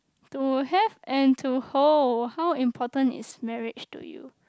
to have and to hold how important is marriage to you